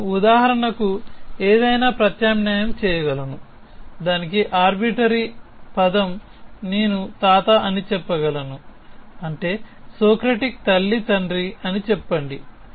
నేను ఉదాహరణకు ఏదైనా ప్రత్యామ్నాయం చేయగలను దానికి ఆర్బిటరీ పదం నేను తాత అని చెప్పగలను అంటే సోక్రటిక్ తల్లి తండ్రి అని చెప్పండి